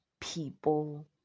people